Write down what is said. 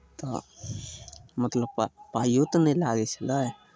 तऽ मतलब पा पाइओ तऽ नहि लागै छलय